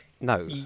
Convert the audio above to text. No